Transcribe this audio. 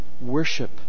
worship